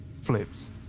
flips